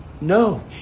No